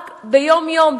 רק ביום-יום,